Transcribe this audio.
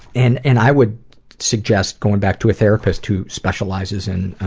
and and i would suggest going back to a therapist who specializes in